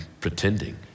pretending